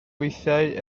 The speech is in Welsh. weithiau